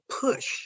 push